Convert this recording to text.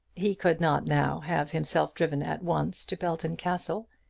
he could not now have himself driven at once to belton castle,